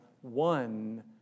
one